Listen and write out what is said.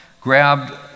grabbed